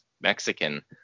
Mexican